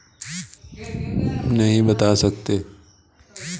क्या आप मुझे मेरे शून्य संतुलन खाते का संतुलन बता सकते हैं?